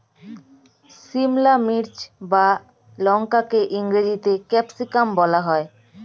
সিমলা মির্চ বা লঙ্কাকে ইংরেজিতে ক্যাপসিকাম বলা হয়